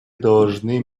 должны